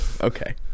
Okay